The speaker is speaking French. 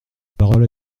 parole